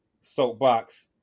soapbox